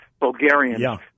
Bulgarians